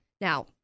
Now